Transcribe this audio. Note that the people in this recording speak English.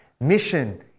Mission